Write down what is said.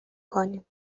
کنیم